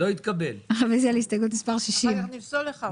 יכול להיות שגם הישענות על ההלכה היהודית במדינה יהודית,